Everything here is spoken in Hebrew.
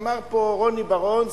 אמר פה רוני בר-און,